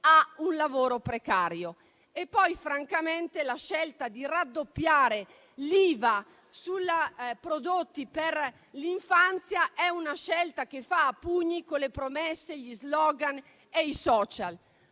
ha un lavoro precario. E poi, francamente, la scelta di raddoppiare l'IVA sui prodotti per l'infanzia fa a pugni con le promesse, gli *slogan* e i *social*.